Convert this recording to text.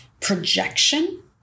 projection